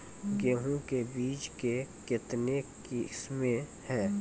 गेहूँ के बीज के कितने किसमें है?